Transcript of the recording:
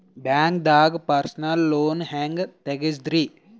ಬ್ಯಾಂಕ್ದಾಗ personal loan ಹೆಂಗ್ ತಗ್ಸದ್ರಿ?